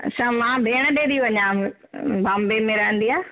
असां मां भेण ॾे थी वञां अं बांबे में रहंदी आहे